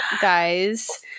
guys